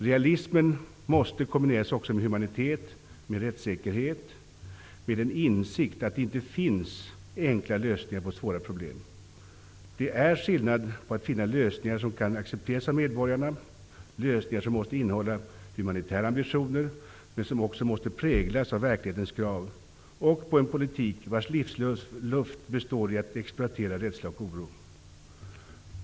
Realism måste kombineras med humanitet, med rättssäkerhet och med en insikt om att det inte finns enkla lösningar på svåra problem. Det är skillnad på att finna lösningar som kan accepteras av medborgarna -- lösningar som måste innehålla humanitära ambitioner, men som också måste präglas av verklighetens krav -- och på att föra en politik vars livsluft består av att man exploaterar rädsla och oro.